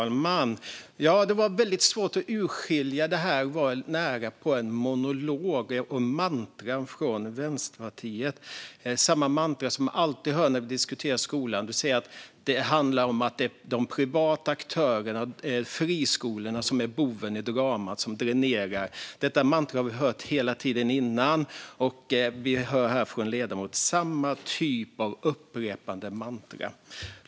Fru talman! Det var väldigt svårt att urskilja något - detta var närapå en monolog och en rad mantran från Vänsterpartiet, samma mantran som man alltid hör när vi diskuterar skolan: Det handlar om att det är de privata aktörerna och friskolorna som är bovarna i dramat och som dränerar. Detta mantra har vi tidigare hört hela tiden, och vi hör nu från ledamoten samma typ av upprepade mantran.